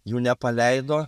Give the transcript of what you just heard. jų nepaleido